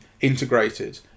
integrated